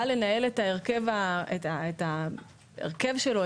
בא לנהל את ההרכב שלו,